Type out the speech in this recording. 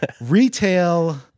retail